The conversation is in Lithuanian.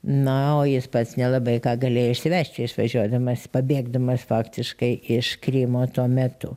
na o jis pats nelabai ką galėjo išsivežti išvažiuodamas pabėgdamas faktiškai iš krymo tuo metu